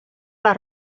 les